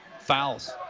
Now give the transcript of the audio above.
fouls